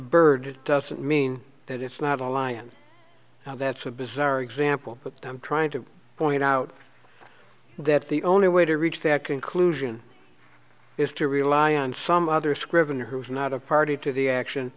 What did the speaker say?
it doesn't mean that it's not a lion now that's a bizarre example but i'm trying to point out that the only way to reach that conclusion is to rely on some other scriven who is not a party to the action